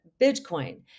Bitcoin